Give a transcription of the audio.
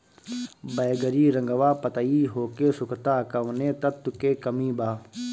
बैगरी रंगवा पतयी होके सुखता कौवने तत्व के कमी बा?